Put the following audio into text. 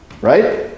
right